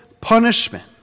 punishment